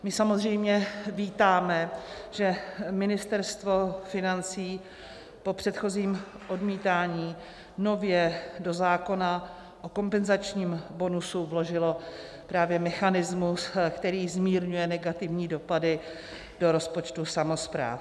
My samozřejmě vítáme, že Ministerstvo financí po předchozím odmítání nově do zákona o kompenzačním bonusu vložilo právě mechanismus, který zmírňuje negativní dopady do rozpočtů samospráv.